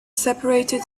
seperated